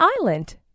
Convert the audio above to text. island